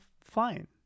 fine